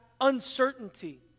uncertainty